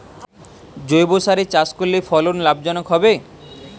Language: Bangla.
জৈবসারে চাষ করলে ফলন লাভজনক হবে?